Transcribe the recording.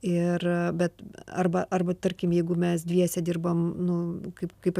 ir bet arba arba tarkim jeigu mes dviese dirbam nu kaip kaip aš